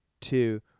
two